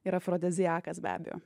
ir afrodiziakas be abejo